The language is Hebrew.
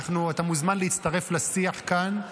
אתה מוזמן להצטרף לשיח כאן.